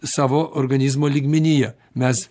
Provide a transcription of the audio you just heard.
savo organizmo lygmenyje mes